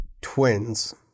twins